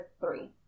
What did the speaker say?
Three